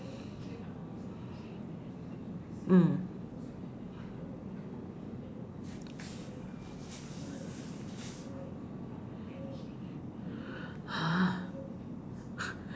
mm !huh!